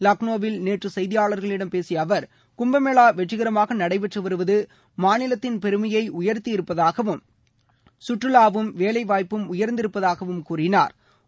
லக்னோவில் நேற்று செய்தியாளர்களிடம் பேசிய அவர் கும்பமேளா வெற்றிகரமாக நடைபெற்று வருவது மாநிலத்தின் பெருமைய உயர்த்தி இருப்பதாகவும் கற்றுவாவும் வேலைவாய்ப்பு உயர்ந்திருப்பதாகவும் கூறினா்